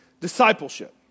discipleship